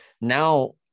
now